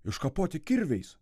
iškapoti kirviais